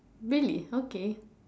really okay